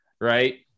Right